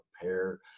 prepare